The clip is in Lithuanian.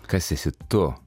kas esi tu